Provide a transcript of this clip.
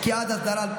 פקיעת אסדרה),